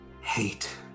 hate